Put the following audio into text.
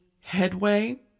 headway